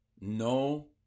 No